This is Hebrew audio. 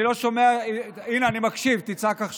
אתה עשית את זה לפני רבע